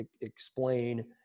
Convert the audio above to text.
explain